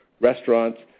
restaurants